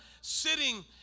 sitting